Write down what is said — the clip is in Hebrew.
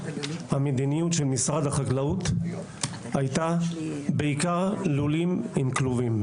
המדיניות של משרד החקלאות הייתה בעיקר לולים עם כלובים.